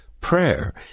prayer